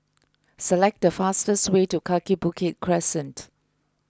select the fastest way to Kaki Bukit Crescent